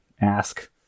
ask